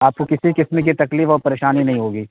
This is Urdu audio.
آپ کو کسی قسم کی تکلیف اور پریشانی نہیں ہوگی